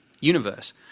universe